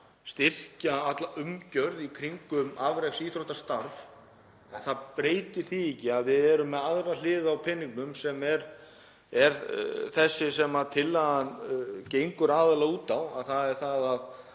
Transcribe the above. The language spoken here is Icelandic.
styrkja alla umgjörð í kringum afreksíþróttastarf. En það breytir því ekki að við erum með aðra hlið á peningnum sem þessi tillagan gengur aðallega út á, að það sé